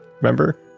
remember